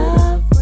Love